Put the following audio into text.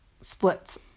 splits